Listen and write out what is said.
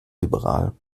liberal